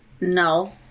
No